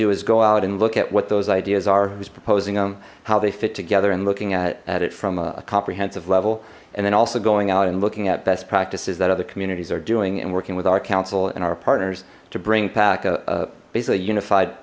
do is go out and look at what those ideas are who's proposing them how they fit together and looking at edit from a comprehensive level and then also going out and looking at best practices that other communities are doing and working with our council and our partners to bring back a basically unified